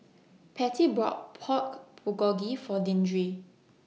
Patti bought Pork Bulgogi For Deandre